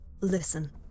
listen